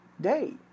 day